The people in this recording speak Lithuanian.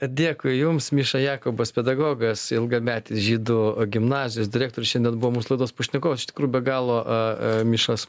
dėkui jums miša jakobas pedagogas ilgametis žydų gimnazijos direktorius šiandien buvo mūsų laidos pašnekovas iš tikrųjų be galo a a mišos